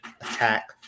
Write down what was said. attack